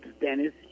Dennis